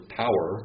power